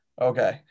okay